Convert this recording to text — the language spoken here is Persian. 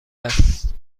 است